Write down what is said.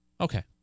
okay